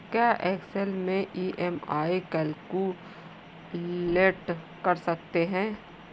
क्या एक्सेल में EMI calculate कर सकते हैं?